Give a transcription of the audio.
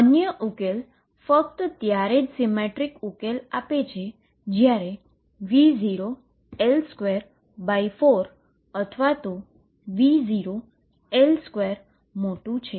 અન્ય ઉકેલ ફક્ત ત્યારે જ સીમેટ્રીક ઉકેલ આપે છે જ્યારે V0L24 અથવા V0L2 મોટું છે